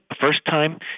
first-time